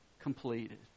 completed